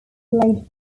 played